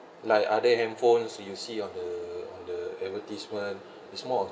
like other handphones you see on the on the advertisement is more on